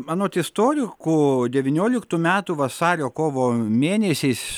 anot istorikų devynioliktų metų vasario kovo mėnesiais